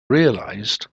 realized